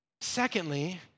Secondly